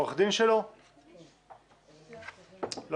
או